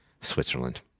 Switzerland